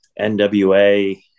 NWA